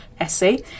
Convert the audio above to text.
essay